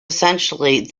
essentially